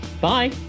Bye